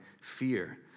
fear